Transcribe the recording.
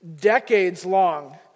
decades-long